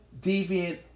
deviant